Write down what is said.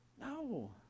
no